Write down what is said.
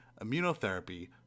immunotherapy